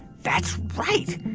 that's right.